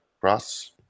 Cross